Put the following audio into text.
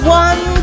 one